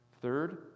Third